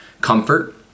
comfort